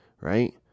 Right